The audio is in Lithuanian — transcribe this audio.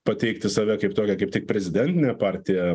pateikti save kaip tokia kaip tik prezidentine partija